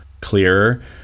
clearer